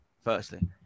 firstly